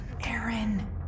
Aaron